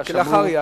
כלאחר יד.